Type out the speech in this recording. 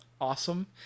awesome